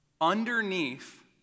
underneath